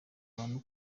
abantu